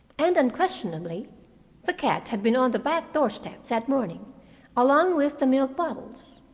and unquestionably the cat had been on the back doorstep that morning along with the milk bottles.